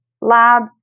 labs